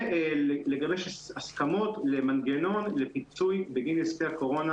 ולגבי הסכמות למנגנון לפיצוי בגין נזקי הקורונה